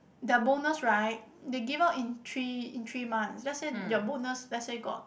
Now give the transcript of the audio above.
their bonus right they give out in three in three months lets say your bonus lets say got